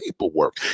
paperwork